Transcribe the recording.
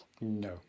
No